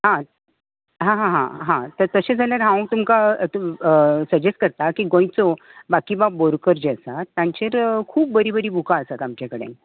आं हां हां तशें जाल्यार हांव तुमकां सजेस्ट करतां की गोंयचो बाकीबाब बोरकार जे आसा तांचेर खूब बरीं बरीं बूका आसा आमचे कडेन